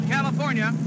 California